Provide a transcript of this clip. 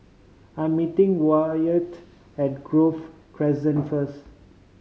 I'm meeting Wyatt at Grove Crescent first